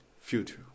future